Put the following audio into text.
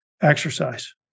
exercise